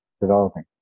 developing